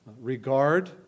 regard